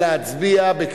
יחד עם זה,